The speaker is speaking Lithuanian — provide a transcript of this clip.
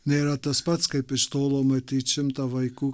nėra tas pats kaip iš tolo matyt šimtą vaikų